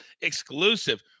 exclusive